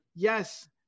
Yes